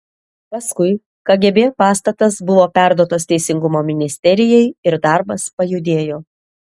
paskui kgb pastatas buvo perduotas teisingumo ministerijai ir darbas pajudėjo